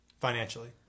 financially